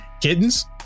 Kittens